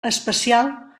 especial